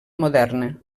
moderna